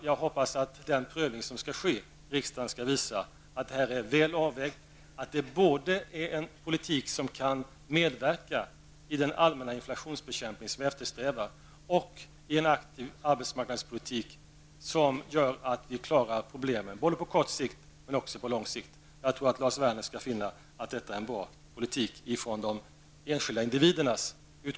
Jag hoppas att den prövning som kommer att ske skall visa att det är en bra avvägning, att politiken både kan medverka i den allmänna inflationsbekämpningen och i en aktiv arbetsmarknadspolitik, som gör att problemen klaras både på kort och på lång sikt. Jag tror att Lars Werner kommer att finna att detta är en bra politik med tanke på de enskilda individerna.